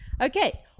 Okay